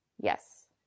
Yes